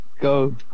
go